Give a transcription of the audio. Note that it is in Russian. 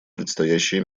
предстоящие